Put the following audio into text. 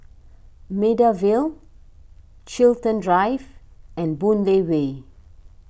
Maida Vale Chiltern Drive and Boon Lay Way